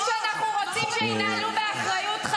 תודה רבה.